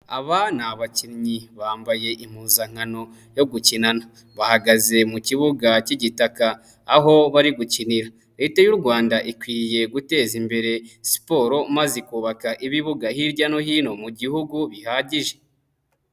Aba ni abakinnyi bambaye impuzankano yo gukinana. Bahagaze mu kibuga cy'igitaka, aho bari gukinira. Leta y'u rwanda ikwiye guteza imbere siporo maze ikubaka ibibuga hirya no hino mu gihugu bihagije.